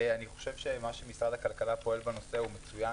אני חושב שמה שמשרד הכלכלה פועל בנושא הוא מצוין,